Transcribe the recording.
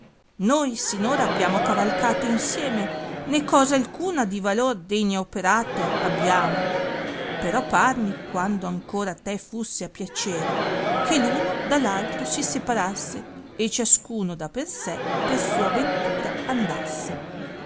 noi sin ora abbiamo cavalcato insieme né cosa alcuna di valor degna operato abbiamo però panni quando ancora a te fusse a piacere che uno da l altro si separasse e ciascuno da per sé per sua ventura andasse